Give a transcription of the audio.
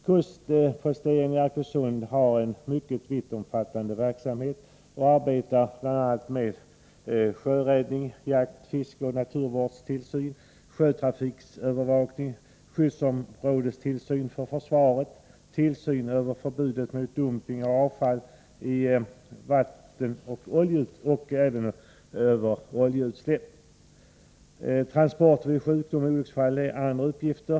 Kustposteringen i Arkösund har en mycket vittomfattande verksamhet och arbetar med bl.a. sjöräddning, jakt-, fiskeoch naturvårdstillsyn, sjötrafikövervakning, skyddsområdestillsyn för försvaret samt tillsyn över förbudet mot dumpning av avfall i vatten och mot oljeutsläpp. Transporter vid sjukdom och olycksfall är andra uppgifter.